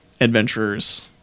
adventurers